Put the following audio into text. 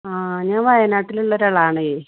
ആ ഞാൻ വായനാട്ടിൽ ഉള്ള ഒരാളാണേ